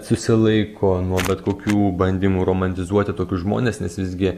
susilaiko nuo bet kokių bandymų romantizuoti tokius žmones nes visgi